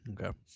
Okay